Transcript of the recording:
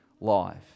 life